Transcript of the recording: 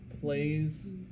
plays